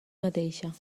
mateixa